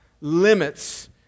limits